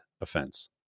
offense